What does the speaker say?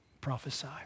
prophesy